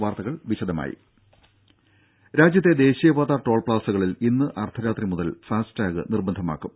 വാർത്തകൾ വിശദമായി രാജ്യത്തെ ദേശീയ പാത ടോൾ പ്ലാസകളിൽ ഇന്ന് അർദ്ധരാത്രി മുതൽ ഫാസ്ടാഗ് നിർബന്ധമാകും